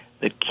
that